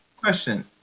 question